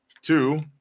two